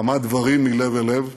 כמה דברים מלב אל לב,